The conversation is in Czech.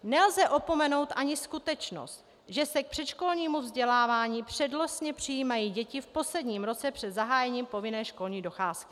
Nelze opomenout ani skutečnost, že se k předškolnímu vzdělávání přednostně přijímají děti v posledním roce před zahájením povinné školní docházky.